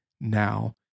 now